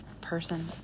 person